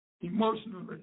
emotionally